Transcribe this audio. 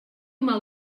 mal